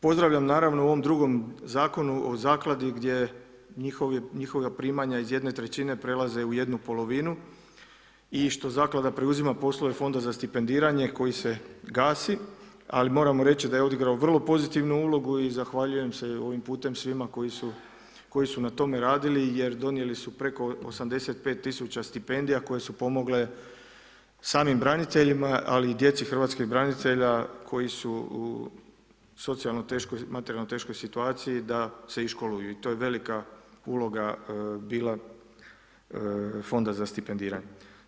Pozdravljam naravno u ovom drugom Zakonu o Zakladi gdje njihova primanja iz jedne trećine prelaze u jednu polovinu i što Zaklada preuzima poslove Fonda za stipendiranje koji se gasi ali moramo reći da je odigrao vrlo pozitivnu ulogu i zahvaljujem se ovim putem svima koji su na tome radili jer donijeli su preko 85 tisuća stipendija koje su pomogle samim braniteljima ali i djeci hrvatskih branitelja koji su u socijalno teškoj, materijalno teškoj situaciji da se i školuju i to je velika uloga bila Fonda za stipendiranje.